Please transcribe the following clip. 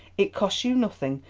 it costs you nothing,